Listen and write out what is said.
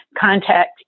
contact